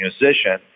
musician